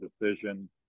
decision